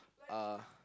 uh